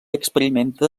experimenta